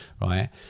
right